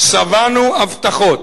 וצריכים לומר: שבענו הבטחות.